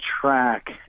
track